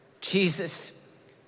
Jesus